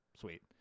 Sweet